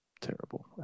terrible